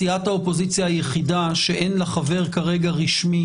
סיעת האופוזיציה היחידה שאין לה חבר רשמי כרגע,